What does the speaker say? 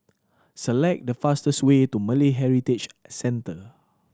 select the fastest way to Malay Heritage Centre